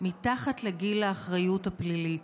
מתחת לגיל האחריות הפלילית.